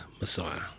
Messiah